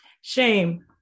shame